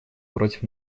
против